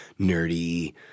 nerdy